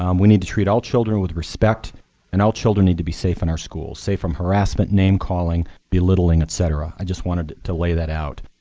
um we need to treat all children with respect and all children need to be safe in our schools. safe from harassment, name calling, belittling, et cetera. i just wanted to lay that out.